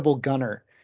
gunner